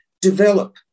develop